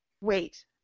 Wait